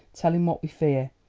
tell him what we fear.